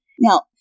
Now